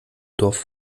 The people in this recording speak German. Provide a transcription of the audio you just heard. dorf